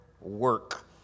work